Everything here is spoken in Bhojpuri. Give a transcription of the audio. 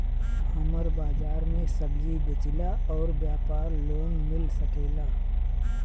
हमर बाजार मे सब्जी बेचिला और व्यापार लोन मिल सकेला?